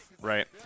right